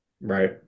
Right